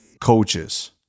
coaches